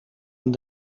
een